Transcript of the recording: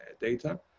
data